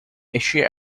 asia